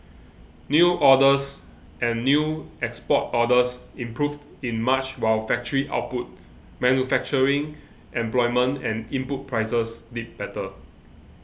new orders and new export orders improved in March while factory output manufacturing employment and input prices did better